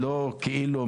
לכאורה,